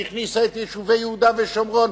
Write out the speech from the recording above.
שהכניסה את יישובי יהודה ושומרון,